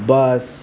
bus